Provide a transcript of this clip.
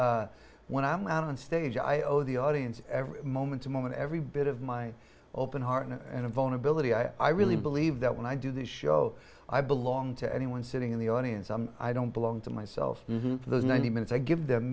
when i'm out on stage i owe the audience every moment to moment every bit of my open heart and a vulnerability i i really believe that when i do this show i belong to anyone sitting in the audience and i don't belong to myself for those ninety minutes i give them